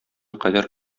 кадәр